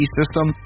system